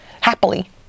happily